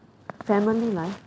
family life